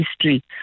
history